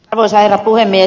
arvoisa herra puhemies